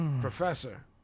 Professor